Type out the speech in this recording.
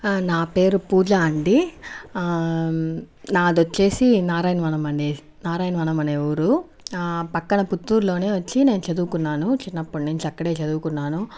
నా పేరు పూజ అండి నాది వచ్చేసి నారాయణవనం నారాయణవనం అనే ఊరు పక్కన పుత్తూరులోనే వచ్చి నేను చదువుకున్నాను చిన్నప్పటి నుంచి అక్కడే చదువుకున్నాను